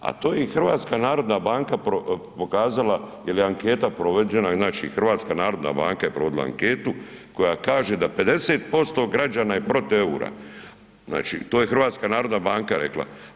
A to je i HNB pokazala jer je anketa provođena, znači HNB je provodila anketu koja kaže da 50% građana je protiv EUR-a, znači to je HNB rekla.